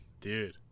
Dude